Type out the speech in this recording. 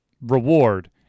reward